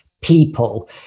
people